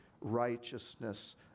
righteousness